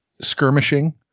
skirmishing